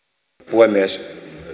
puhemies